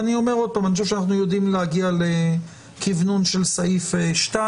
אני בכלל הייתי רוצה שהפטור יינתן רק לשני שליש חברי ועדה,